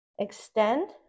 Extend